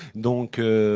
don't care.